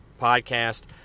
podcast